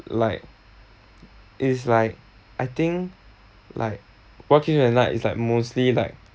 like it's like I think like what keeps me at night is like mostly like